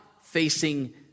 facing